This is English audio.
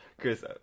Chris